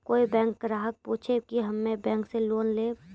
कोई बैंक ग्राहक पुछेब की हम्मे बैंक से लोन लेबऽ?